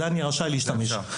בזה אני רשאי להשתמש.